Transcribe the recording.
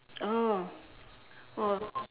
oh oh